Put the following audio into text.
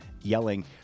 yelling